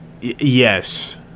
Yes